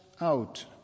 out